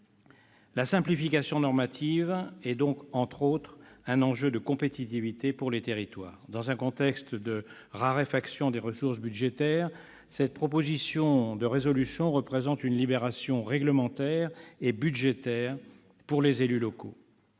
La simplification normative est donc, entre autres, un enjeu de compétitivité pour les territoires. Dans un contexte de raréfaction des ressources budgétaires, cette proposition de résolution représente une libération réglementaire et budgétaire pour les élus locaux.